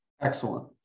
excellent